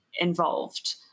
involved